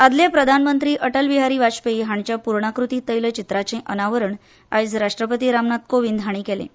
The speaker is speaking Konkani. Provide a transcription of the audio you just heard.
आदले प्रधानमंत्री अटलबिहारी वाजपेयी हांच्या पूर्णाकृती तैलचित्राचें अनावरण आयज राष्ट्रपती रामनाथ कोविंद हांणी केलां